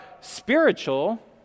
spiritual